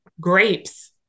grapes